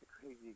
crazy